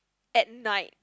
at night